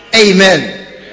Amen